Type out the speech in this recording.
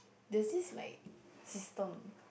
there's this like system